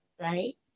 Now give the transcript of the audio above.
right